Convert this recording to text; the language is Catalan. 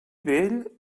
vell